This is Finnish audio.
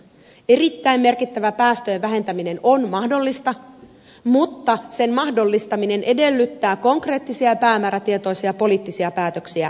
erittäin merkittävä päästöjen vähentäminen on mahdollista mutta sen mahdollistaminen edellyttää konkreettisia päämäärätietoisia poliittisia päätöksiä jo tänään